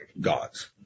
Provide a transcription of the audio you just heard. gods